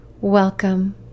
Welcome